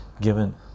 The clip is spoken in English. given